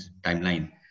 timeline